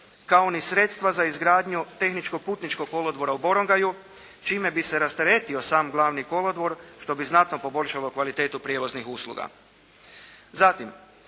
kao ni sredstva za izgradnju tehničko-putničkog kolodvora u Borongaju čime bi se rasteretio sam Glavni kolodvor što bi znatno poboljšalo kvalitetu prijevoznih usluga. Zatim,